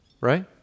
right